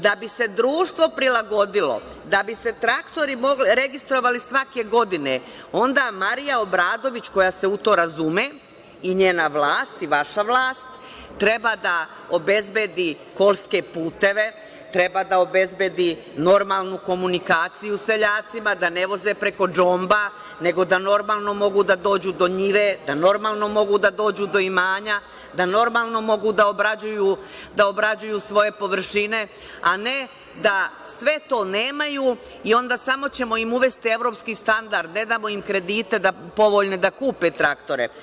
Da bi se društvo prilagodilo, da bi se traktori registrovali svake godine, onda Marija Obradović, koja se u to razume, i njena vlast, i vaša vlast, treba da obezbedi kolske puteve, treba da obezbedi normalnu komunikaciju seljacima, da ne voze preko džomba nego da normalno mogu da dođu do njive, da normalno mogu da dođu do imanja, da normalno mogu da obrađuju svoje površine, a ne da sve to nemaju i onda ćemo im samo uvesti evropski standard, a ne damo im povoljne kredite da mogu da kupe traktore.